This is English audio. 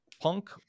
punk